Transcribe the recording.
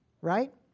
right